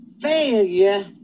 failure